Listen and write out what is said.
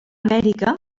amèrica